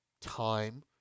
time